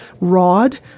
rod